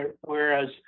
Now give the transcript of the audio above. whereas